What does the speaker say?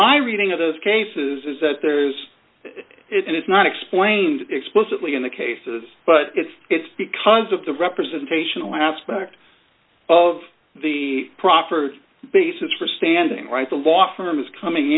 my reading of those cases is that there is it and it's not explained explicitly in the cases but it's it's because of the representational aspect of the proffered basis for standing right the law firms coming